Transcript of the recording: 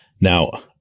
Now